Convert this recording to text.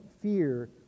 fear